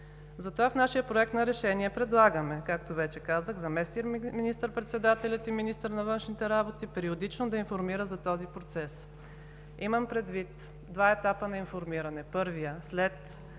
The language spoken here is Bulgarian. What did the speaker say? Затова в нашия Проект на решение предлагаме, както вече казах, заместник министър-председателят и министър на външните работи периодично да информира за този процес. Имам предвид два етапа на информиране. Първият, след